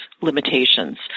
limitations